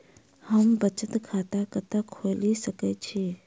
हम बचत खाता कतऽ खोलि सकै छी?